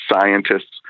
scientists